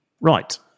Right